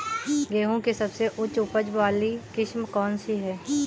गेहूँ की सबसे उच्च उपज बाली किस्म कौनसी है?